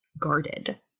guarded